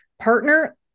partner